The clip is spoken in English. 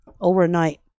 overnight